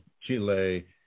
Chile